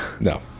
no